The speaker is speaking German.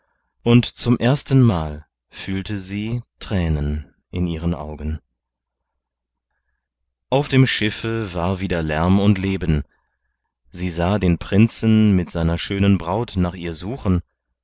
und zum erstenmal fühlte sie thränen in ihren augen auf dem schiffe war wieder lärm und leben sie sah den prinzen mit seiner schönen braut nach ihr suchen